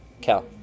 Cal